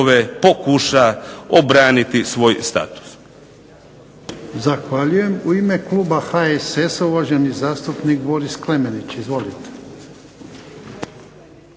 pokuša obraniti svoj status.